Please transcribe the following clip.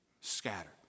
Scattered